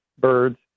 birds